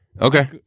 Okay